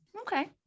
Okay